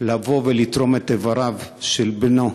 לתרום את איבריו של בנו,